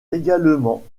également